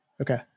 Okay